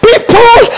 People